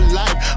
life